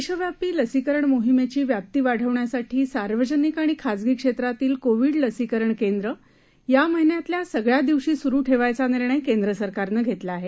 देशव्यापी लसीकरण मोहिमेची व्याप्ती वाढवण्यासाठी सार्वजनिक आणि खाजगी क्षेत्रातली कोविड लसीकरण केंद्र या महिन्यातल्या सगळ्या दिवशी सुरु ठेवायचा निर्णय केंद्र सरकारनं घेतला आहे